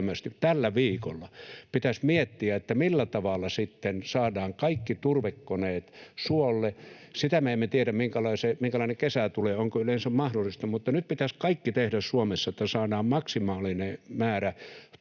välittömästi tällä viikolla pitäisi miettiä, millä tavalla sitten saadaan kaikki turvekoneet suolle. Sitä me emme tiedä, minkälainen kesä tulee, onko se yleensä mahdollista, mutta nyt pitäisi kaikki tehdä Suomessa, että saadaan maksimaalinen määrä turvetta